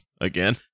again